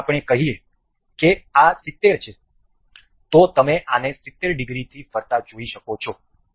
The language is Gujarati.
જો આપણે કહીએ કે આ 70 છે તો તમે આને 70 ડિગ્રી થી ફરતા જોઈ શકો છો